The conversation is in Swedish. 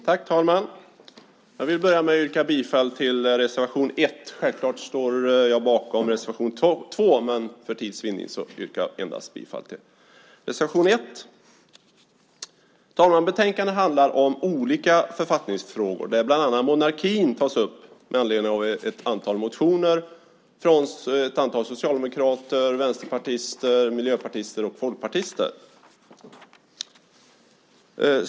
Fru talman! Jag vill börja med att yrka bifall till reservation 1. Självklart står jag bakom även reservation 2, men för att vinna tid yrkar jag bifall endast till reservation 1. Betänkandet handlar om olika författningsfrågor. Bland annat tas monarkin upp med anledning av ett antal motioner från socialdemokrater, vänsterpartister, miljöpartister och folkpartister.